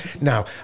now